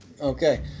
Okay